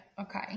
okay